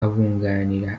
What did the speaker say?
abunganira